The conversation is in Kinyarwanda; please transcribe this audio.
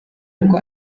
ngo